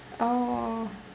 oh